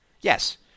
Yes